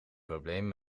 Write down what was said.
probleem